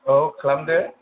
औ खालामदो